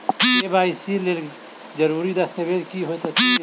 KYC लेल जरूरी दस्तावेज की होइत अछि?